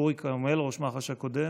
אורי כרמל, ראש מח"ש הקודם,